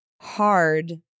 hard